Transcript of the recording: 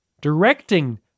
Directing